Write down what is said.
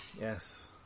Yes